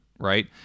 right